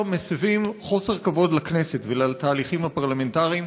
מסיבים חוסר כבוד לכנסת ולתהליכים הפרלמנטריים.